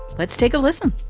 let's take a listen